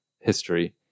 history